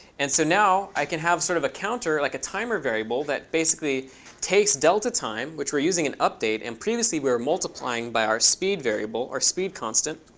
and so, now, i can have sort of a counter, like a timer variable that basically takes delta time, which we're using in update and previously we were multiplying by our speed variable, our speed constant.